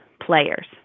players